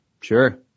Sure